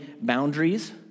boundaries